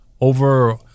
over